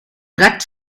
gats